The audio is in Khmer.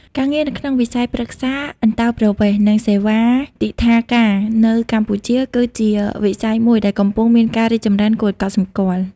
ការងារនៅក្នុងវិស័យប្រឹក្សាអន្តោប្រវេសន៍ និងសេវាទិដ្ឋាការនៅកម្ពុជា គឺជាវិស័យមួយដែលកំពុងមានការរីកចម្រើនគួរឱ្យកត់សម្គាល់។